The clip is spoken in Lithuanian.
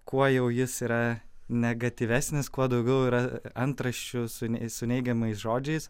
kuo jau jis yra negatyvesnis kuo daugiau yra antraščių su nei su neigiamais žodžiais